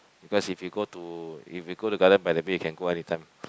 because if you go to if you to Gardens-by-the-Bay you can go any time